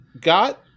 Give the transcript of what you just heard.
got